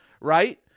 right